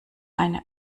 eine